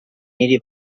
niri